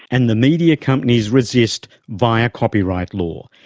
and the media companies resist via copyright law.